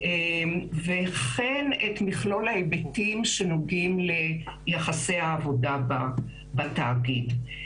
וכן את מכלול ההיבטים שנוגעים ליחסי העבודה בתאגיד.